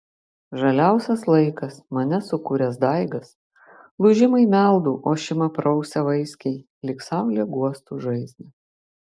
žaliausias laikas mane sukūręs daigas lūžimai meldų ošimą prausia vaiskiai lyg saulė guostų žaizdą